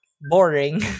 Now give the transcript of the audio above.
boring